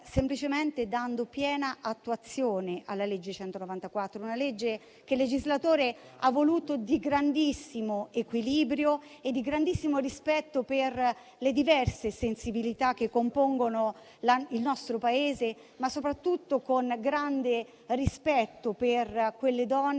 semplicemente dando piena attuazione alla legge n. 194, voluta dal legislatore, una legge di grandissimo equilibrio e di grandissimo rispetto per le diverse sensibilità che compongono il nostro Paese, ma soprattutto con grande rispetto per quelle donne